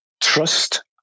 trust